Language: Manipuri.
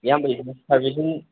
ꯏꯌꯥꯝꯕꯒꯤꯁꯦ ꯁꯔꯚꯤꯁꯤꯡ